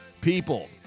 people